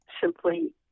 simply